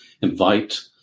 invite